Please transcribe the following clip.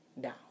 down